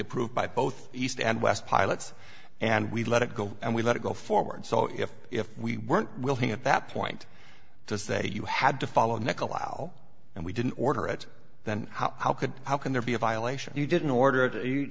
approved by both east and west pilots and we let it go and we let it go forward so if if we weren't willing at that point to say you had to follow nec allow and we didn't order it then how could how can there be a violation you didn't order to you